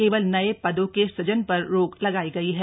केवल नये पदों के सूजन पर रोक लगाई गई है